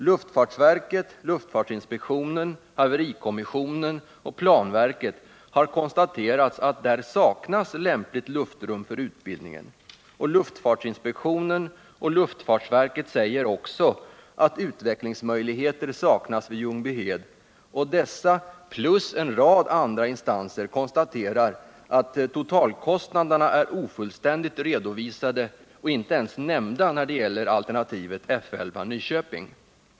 Luftfartsverket, luftfartsinspektionen, haverikommissionen och planverket har konstaterat att det i Ljungbyhed saknas lämpligt luftrum för utbildningen, och luftfartsinspektionen och luftfartsverket säger också att utvecklingsmöjligheter saknas där. Dessa och en rad andra instanser konstaterar att totalkostnaderna är ofullständigt redovisade och inte ens nämnda när det gäller alternativet F 11 Nyköping.